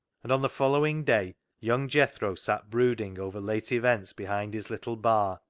and on the following day young jethro sat brooding over late events behind his little bar,